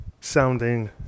sounding